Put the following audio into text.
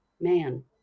man